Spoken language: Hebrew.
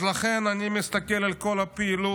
אז לכן אני מסתכל על כל הפעילות,